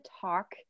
talk